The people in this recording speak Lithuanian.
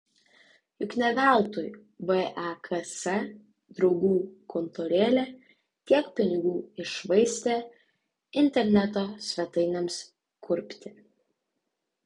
juk ne veltui veks draugų kontorėlė tiek pinigų iššvaistė interneto svetainėms kurpti